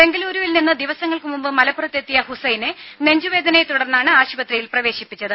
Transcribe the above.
ബംഗളൂരുവിൽ നിന്ന് ദിവസങ്ങൾക്ക് മുമ്പ് മലപ്പുറത്തെത്തിയ ഹുസൈനെ നെഞ്ചുവേദനയെ തുടർന്നാണ് ആശുപത്രിയിൽ പ്രവേശിപ്പിച്ചത്